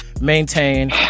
maintain